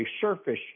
surface